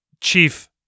Chief